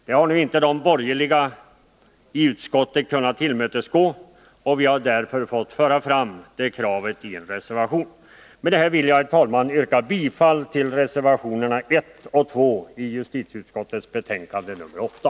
Det har inte de borgerliga i utskottet kunnat tillmötesgå, och vi har därför fört fram kravet i en reservation. Med detta vill jag, herr talman, yrka bifall till reservationerna 1 och 2 i justitieutskottets betänkande nr 8.